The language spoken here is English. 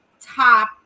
top